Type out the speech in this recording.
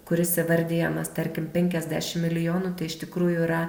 kuris įvardijamas tarkim penkiasdešimt milijonų tai iš tikrųjų yra